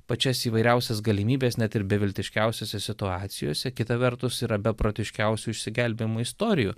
pačias įvairiausias galimybes net ir beviltiškiausiose situacijose kita vertus yra beprotiškiausių išsigelbėjimo istorijų